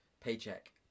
Paycheck